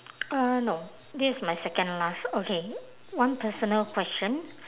uh no this is my second last okay one personal question